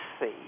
see